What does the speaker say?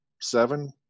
seven